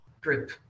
group